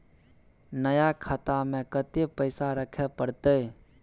नया खाता में कत्ते पैसा रखे परतै?